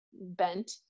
bent